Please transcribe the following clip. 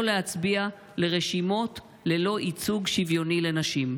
להצביע לרשימות ללא ייצוג שוויוני לנשים.